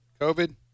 covid